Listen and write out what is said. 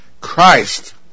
Christ